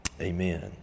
Amen